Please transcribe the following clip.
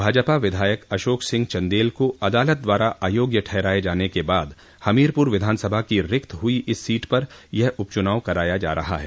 भाजपा विधायक अशोक सिंह चन्देल को अदालत द्वारा आयोग्य ठहराये जाने के बाद हमीरपुर विधान सभा की रिक्त हुई इस सीट पर यह उपचुनाव कराया जा रहा है